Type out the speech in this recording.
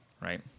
right